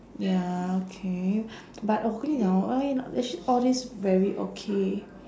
ya okay but 我跟你讲 hor I mean actually all these very okay